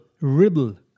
Ribble